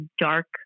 dark